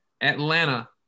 Atlanta